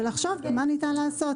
ולחשוב מה ניתן לעשות.